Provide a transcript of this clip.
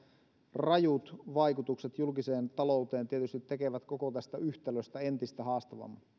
rajut vaikutukset julkiseen talouteen tietysti tekevät koko tästä yhtälöstä entistä haastavamman